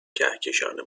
کهکشان